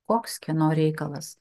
koks kieno reikalas